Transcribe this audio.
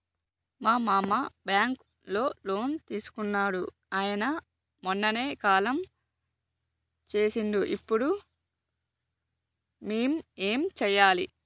మా మామ బ్యాంక్ లో లోన్ తీసుకున్నడు అయిన మొన్ననే కాలం చేసిండు ఇప్పుడు మేం ఏం చేయాలి?